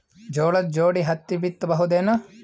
ಜೋಳದ ಜೋಡಿ ಹತ್ತಿ ಬಿತ್ತ ಬಹುದೇನು?